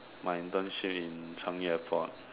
my internship in Changi Airport